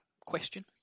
question